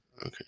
Okay